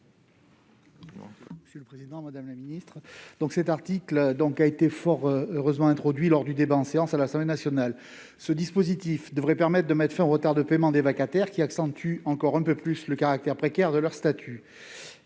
est à M. Christian Redon-Sarrazy. L'article 6 a été fort heureusement introduit lors du débat en séance à l'Assemblée nationale. Ce dispositif devrait permettre de mettre fin aux retards de paiement des vacataires, qui accentuent encore un peu plus le caractère précaire de leur statut.